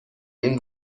این